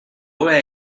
ohea